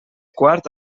quart